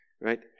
Right